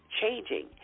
changing